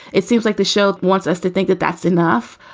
it seems like the show wants us to think that that's enough.